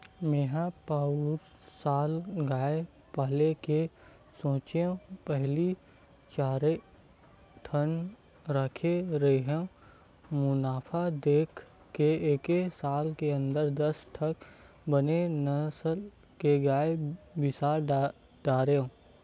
मेंहा पउर साल गाय पाले के सोचेंव पहिली चारे ठन रखे रेहेंव मुनाफा देख के एके साल के अंदर दस ठन बने नसल के गाय बिसा डरेंव